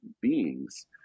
beings